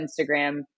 Instagram